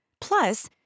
Plus